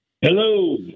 Hello